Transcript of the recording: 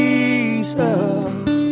Jesus